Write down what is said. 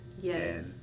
Yes